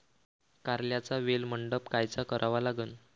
कारल्याचा वेल मंडप कायचा करावा लागन?